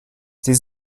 sie